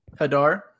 Hadar